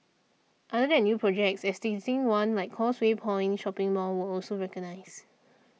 other than new projects existing ones like Causeway Point shopping mall were also recognised